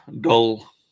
dull